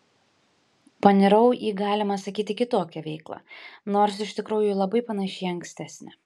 panirau į galima sakyti kitokią veiklą nors iš tikrųjų ji labai panaši į ankstesnę